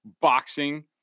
boxing